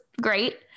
Great